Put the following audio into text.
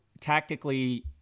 tactically